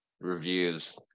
reviews